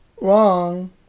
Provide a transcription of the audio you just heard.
wrong